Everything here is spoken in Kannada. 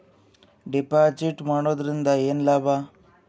ಡೆಪಾಜಿಟ್ ಮಾಡುದರಿಂದ ಏನು ಲಾಭ?